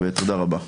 תודה רבה.